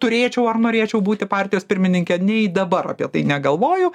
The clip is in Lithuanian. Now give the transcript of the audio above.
turėčiu ar norėčiau būti partijos pirmininke nei dabar apie tai negalvoju